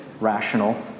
rational